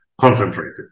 concentrated